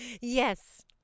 Yes